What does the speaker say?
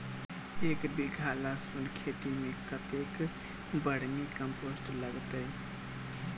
एक बीघा लहसून खेती मे कतेक बर्मी कम्पोस्ट लागतै?